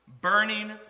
burning